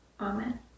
Amen